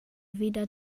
wieder